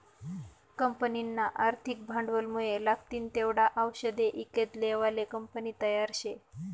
कंपनीना आर्थिक भांडवलमुये लागतीन तेवढा आवषदे ईकत लेवाले कंपनी तयार शे